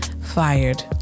Fired